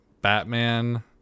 Batman